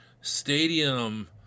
stadium